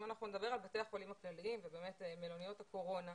אם נדבר על בתי החולים הכלליים ומלוניות הקורונה,